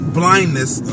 blindness